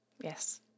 Yes